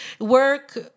Work